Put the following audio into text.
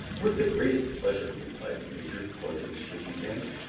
with the greatest pleasure! replied the major, cordially shaking hands.